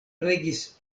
regis